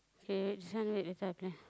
k this one wait later I clear